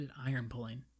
iron-pulling